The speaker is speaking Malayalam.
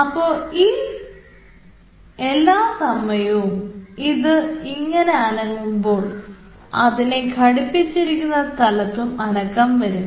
അപ്പൊ എല്ലാ സമയവും അത് ഇങ്ങനെ അനങ്ങുമ്പോൾ അതിനെ ഘടിപ്പിച്ചിരിക്കുന്ന സ്ഥലത്തും അനക്കം വരും